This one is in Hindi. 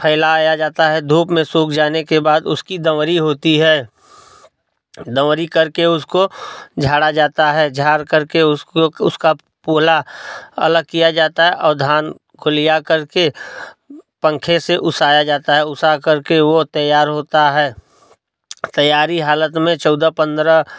फैलाया जाता है धूप में सूख जाने के बाद उसकी दौवरी होती है दौवरी कर के उसको झाड़ा जाता है झाड़ करके उसको उसका पोला अलग किया जाता है और धान कोलिया करके पंखे से उसाया जाता है उसा करके वो तैयार होता है तैयारी हालत में चौदह पंद्रह